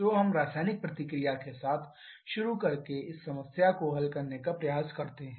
तो हम रासायनिक प्रतिक्रिया के साथ शुरू करके इस समस्या को हल करने का प्रयास करते हैं